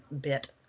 bit